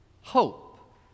Hope